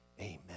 Amen